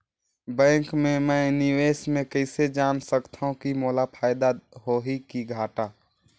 Bank मे मैं निवेश मे कइसे जान सकथव कि मोला फायदा होही कि घाटा?